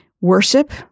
Worship